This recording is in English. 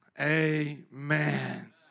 amen